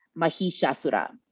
Mahishasura